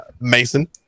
Mason